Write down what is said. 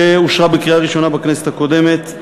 שאושרה בקריאה ראשונה בכנסת הקודמת.